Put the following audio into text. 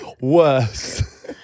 worse